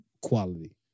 quality